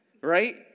right